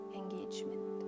engagement